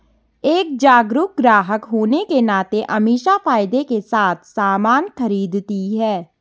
एक जागरूक ग्राहक होने के नाते अमीषा फायदे के साथ सामान खरीदती है